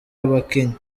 abakinnyi